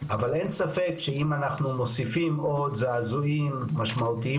אבל אין ספק שאם אנחנו מוסיפים עוד זעזועים משמעותיים